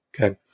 Okay